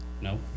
No